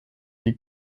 die